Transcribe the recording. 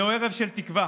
זהו ערב של תקווה